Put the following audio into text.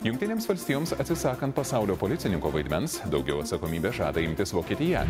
jungtinėms valstijoms atsisakant pasaulio policininko vaidmens daugiau atsakomybės žada imtis vokietija